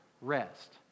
rest